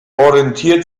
orientiert